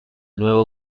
nuevo